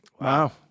Wow